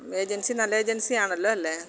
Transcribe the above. agency നല്ല agency ആണല്ലോ അല്ലെ